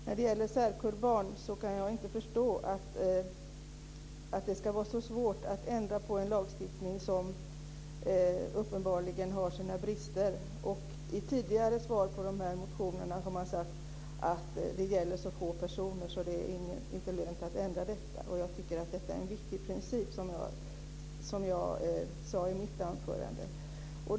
När det gäller särkullbarn kan jag inte förstå att det ska vara så svårt att ändra på en lagstiftning som uppenbarligen har sina brister. I tidigare svar på de här motionerna har man sagt att det gäller så få personer att det inte är lönt att ändra detta. Jag tycker att detta är en viktig princip, som jag sade i mitt anförande.